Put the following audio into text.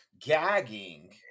gagging